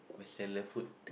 vegetarian food